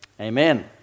Amen